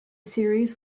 series